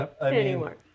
anymore